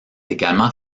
également